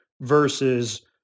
versus